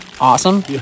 awesome